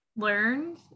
Learned